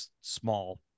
small